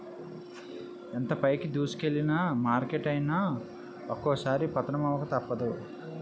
ఎంత పైకి దూసుకెల్లిన మార్కెట్ అయినా ఒక్కోసారి పతనమవక తప్పదు